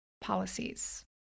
policies